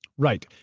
right.